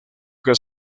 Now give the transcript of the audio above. que